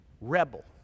rebel